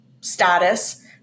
status